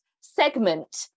segment